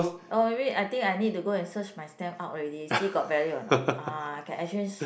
oh maybe I think I need to go and search my stamp out already see got value or not ah can exchange